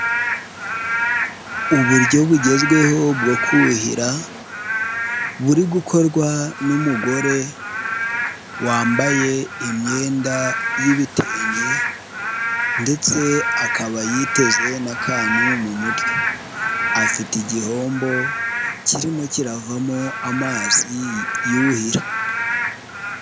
Uburyo bugezweho bwo kuhira, buri gukorwa n'umugore wambaye imyenda y'ibitenge ndetse akaba yiteze n'akantu mu mutwe, afite igihombo kirimo kiravamo amazi yuhira.